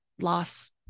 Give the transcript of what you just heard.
loss